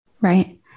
right